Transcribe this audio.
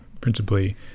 principally